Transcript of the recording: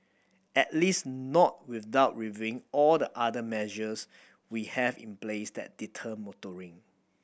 at least not without reviewing all the other measures we have in place that deter motoring